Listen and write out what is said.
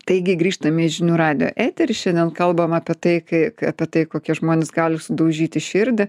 taigi grįžtame į žinių radijo etery šiandien kalbam apie tai kaip apie tai kokie žmonės gali sudaužyti širdį